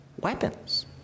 weapons